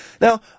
Now